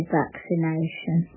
vaccination